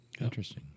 Interesting